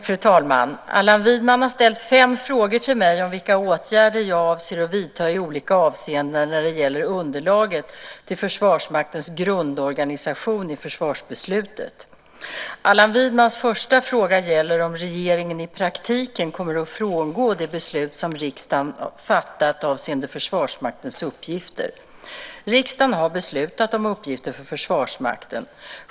Fru talman! Allan Widman har ställt fem frågor till mig om vilka åtgärder jag avser att vidta i olika avseenden när det gäller underlaget till Försvarsmaktens grundorganisation i försvarsbeslutet. Allan Widmans första fråga gäller om regeringen i praktiken kommer att frångå det beslut som riksdagen fattat avseende Försvarsmaktens uppgifter. Riksdagen har beslutat om uppgifter för Försvarsmakten.